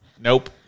Nope